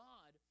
God